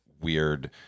weird